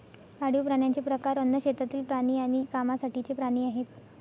पाळीव प्राण्यांचे प्रकार अन्न, शेतातील प्राणी आणि कामासाठीचे प्राणी आहेत